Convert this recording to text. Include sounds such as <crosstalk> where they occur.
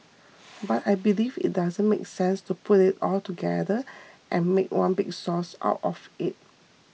<noise> but I believe it doesn't make sense to put it all together and make one big sauce out of it